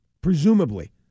presumably